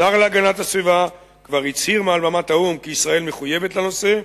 השר להגנת הסביבה כבר הצהיר מעל במת האו"ם כי ישראל מחויבת לנושא,